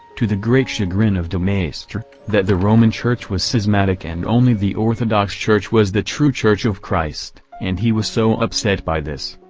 to the great chagrin of demaistre, that the roman church was schismatic and only the orthodox church was the true church of christ. and he was so upset by this,